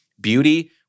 beauty